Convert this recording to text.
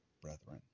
brethren